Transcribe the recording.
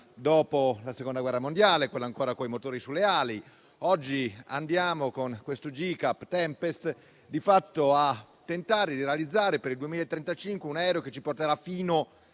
alla Seconda guerra mondiale, quella con i motori sulle ali. Oggi andiamo, con questo GCAP Tempest, di fatto a tentare di realizzare per il 2035 un aereo che ci porterà fino